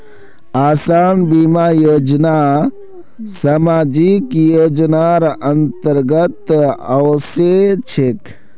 आसान बीमा योजना सामाजिक योजनार अंतर्गत ओसे छेक